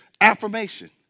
affirmation